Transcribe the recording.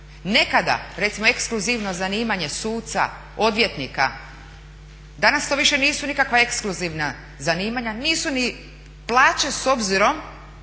Nekada, recimo ekskluzivno zanimanje suca, odvjetnika, danas to više nisu nikakva ekskluzivna zanimanja, nisu ni plaće s obzirom,